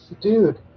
dude